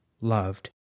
loved